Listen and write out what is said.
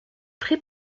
très